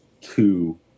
two